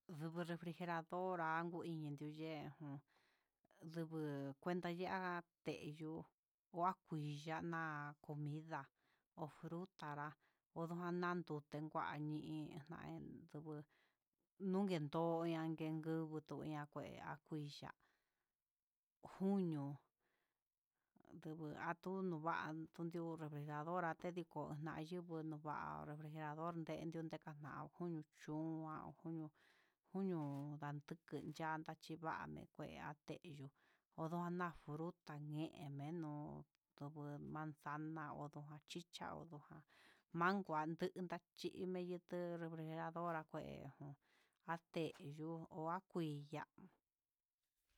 Anduu refrijerador anduu iin tu yee, ndugu cuenta ya'a téyu kua kuii yana, comida o fruta nra onun ndan ndute kuani hí nadute nduu, nundo ñanguengo kutoña ngueña xhika'a nuño'o, ndu atu nuvatun tundio refrijerador anté, ndikuna yikuu va'a kuanayureto dekana kuño chun unma uño'o, uku chanta tebache kuña teyo odoña kuu taneme hemeno duku manzana, udu chicha unja anguan ndidan chí'i meyutu refrijerador até ateyuu ko'a kuii ya'á.